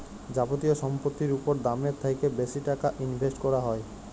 যাবতীয় সম্পত্তির উপর দামের থ্যাকে বেশি টাকা ইনভেস্ট ক্যরা হ্যয়